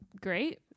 Great